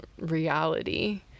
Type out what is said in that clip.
reality